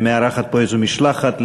מארחת פה איזושהי משלחת.